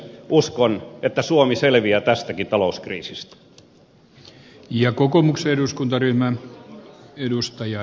uskon että suomi selviää tästäkin talouskriisistä